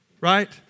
Right